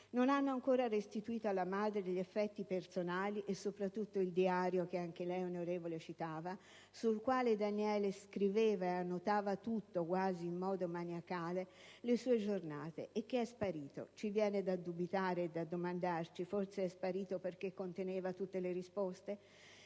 non hanno ancora restituito alla madre gli effetti personali e, soprattutto, il diario, che anche l'onorevole Craxi citava, sul quale Daniele scriveva ed annotava tutto, quasi in modo maniacale, delle sue giornate, e che è sparito. Ci viene da dubitare e da domandarci: forse è sparito perché conteneva tutte le risposte?